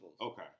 Okay